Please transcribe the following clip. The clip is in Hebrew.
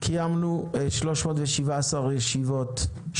קיימנו 317 ישיבות,